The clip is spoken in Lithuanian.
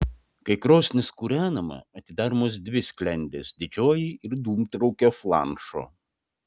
kai krosnis kūrenama atidaromos dvi sklendės didžioji ir dūmtraukio flanšo